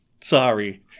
sorry